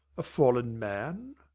a fallen man!